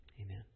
Amen